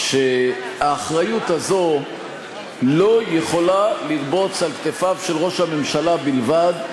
שהאחריות הזאת לא יכולה לרבוץ על כתפיו של ראש הממשלה בלבד,